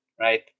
right